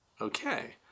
Okay